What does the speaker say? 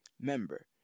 member